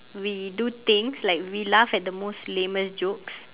we do things like we laugh at the most lamest jokes